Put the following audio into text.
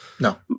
No